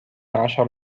عشر